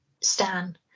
Stan